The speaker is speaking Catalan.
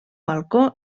balcó